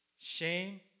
shame